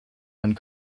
and